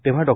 तेव्हा डॉ